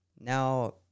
Now